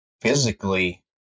physically